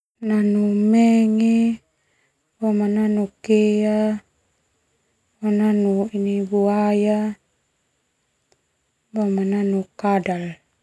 Nanu menge, boma nanu kea, boma nanu ini buaya, boma nanu kadal.